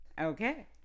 Okay